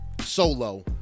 solo